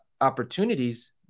opportunities